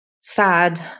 sad